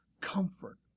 comfort